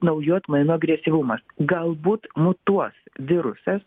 naujų atmainų agresyvumas galbūt mutuos virusas